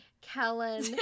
kellen